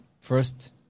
first